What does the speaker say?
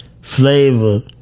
flavor